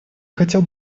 хотел